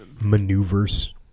maneuvers